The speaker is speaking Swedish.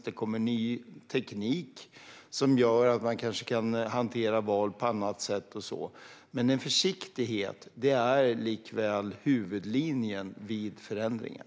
Det kommer ny teknik som gör att man kanske kan hantera val på annat sätt, men försiktighet är likväl huvudlinjen vid förändringar.